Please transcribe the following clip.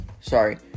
Sorry